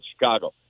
Chicago